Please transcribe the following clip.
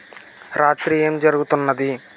రాత్రి ఏం జరుగుతున్నది